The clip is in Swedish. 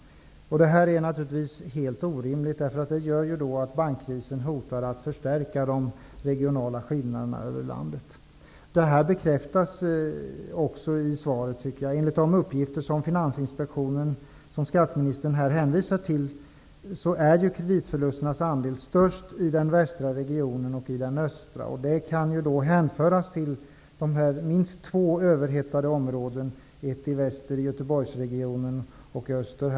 Detta är naturligtvis helt orimligt, därför att det gör att bankkrisen hotar att förstärka de regionala skillnaderna över landet. Detta bekräftas också i svaret. Enligt uppgifter från Finansinspektionen, som skatteministern hänvisar till, är kreditförlusternas andel störst i den västra och den östra regionen. Det kan hänföras till minst två överhettade områden, nämligen Stockholmsregionen i öster.